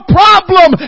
problem